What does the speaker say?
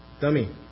dummy